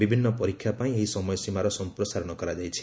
ବିଭିନ୍ନ ପରୀକ୍ଷା ପାଇଁ ଏହି ସମୟସୀମାର ସମ୍ପ୍ରସାରଣ କରାଯାଇଛି